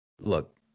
look